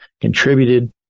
contributed